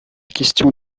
question